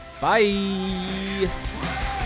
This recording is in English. Bye